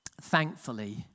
thankfully